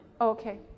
Okay